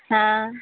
ହଁ